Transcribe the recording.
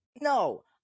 No